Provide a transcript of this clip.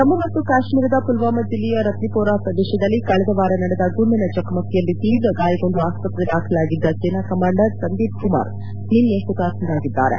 ಜಮ್ಮು ಮತ್ತು ಕಾಶ್ಮೀರದ ಮಲ್ವಾಮ ಜಿಲ್ಲೆಯ ರತ್ನಿಮೋರಾ ಪ್ರದೇಶದಲ್ಲಿ ಕಳೆದವಾರ ನಡೆದ ಗುಂಡಿನ ಚಕಮಕಿಯಲ್ಲಿ ತೀವ್ರಗಾಯಗೊಂಡು ಆಸ್ವತ್ರೆಯಲ್ಲಿ ದಾಖಲಾಗಿದ್ದ ಸೇನಾ ಕಮಾಂಡರ್ ಸಂದೀಪ್ ಕುಮಾರ್ ನಿನ್ನೆ ಹುತಾತ್ಲರಾಗಿದ್ದಾರೆ